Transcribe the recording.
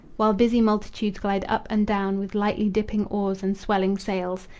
while busy multitudes glide up and down with lightly dipping oars and swelling sails.